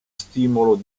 stimolo